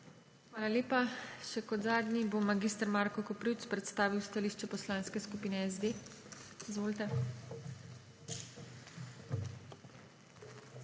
Hvala lepa. Še kot zadnji bo mag. Marko Koprivc predstavil stališče Poslanske skupine SD. MAG.